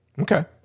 Okay